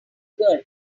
girl